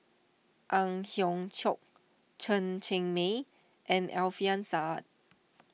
Ang Hiong Chiok Chen Cheng Mei and Alfian Sa'At